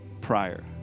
prior